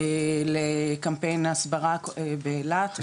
לקמפיין הסברה באילת.